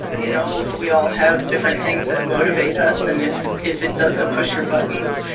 you know we all have different things that motivate us and if if it doesn't push your buttons.